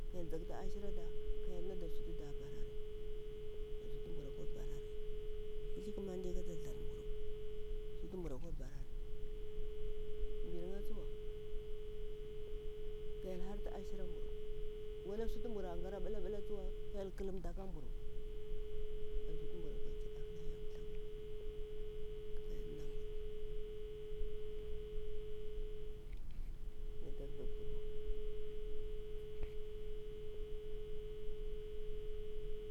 Ka hyel nada sutu da barari an sutu da barari kuthli ƙamande kala tharmburu sutu mburu akwa barari miringa tsuwa ka hyel hartu ashiramburu wala sutum buru gah a ɓula ɓula tsuwa ka hyel ƙalumta lamburu an sutu mburu akwa ƙida ƙala hyel ka hyel nambuni suni ata gah kurwa.